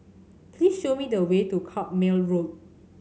please show me the way to Carpmael Road